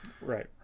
Right